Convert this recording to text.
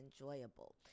enjoyable